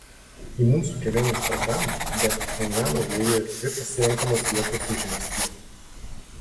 į mūsų kelionės programą be pchenjano įėjo ir dvi pasirenkamos vietos užmiestyje